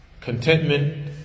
contentment